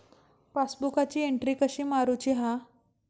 पासबुकाची एन्ट्री कशी मारुची हा?